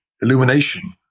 illumination